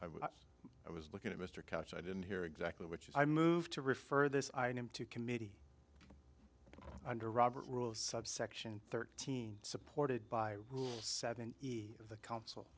sorry i was looking at mr couch i didn't hear exactly which i moved to refer this item to committee under robert's rules subsection thirteen supported by rule seven of the council